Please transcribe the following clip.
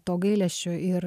to gailesčio ir